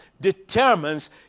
determines